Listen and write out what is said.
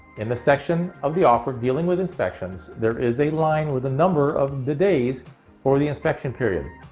in the section of the offer dealing with inspections, there is a line with a number of the days for the inspection period.